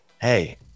Hey